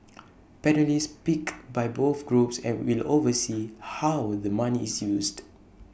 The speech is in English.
panellists picked by both groups and will oversee how the money is used